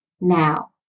now